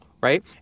right